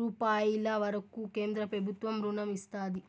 రూపాయిల వరకూ కేంద్రబుత్వం రుణం ఇస్తాది